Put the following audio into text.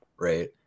right